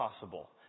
possible